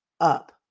up